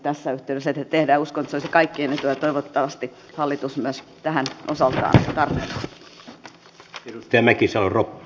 uskon että se olisi kaikkien etu ja toivottavasti hallitus myös tähän osaltaan sodan kierteen näki sortt